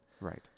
Right